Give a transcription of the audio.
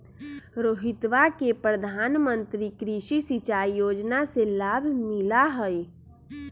रोहितवा के प्रधानमंत्री कृषि सिंचाई योजना से लाभ मिला हई